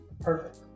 Perfect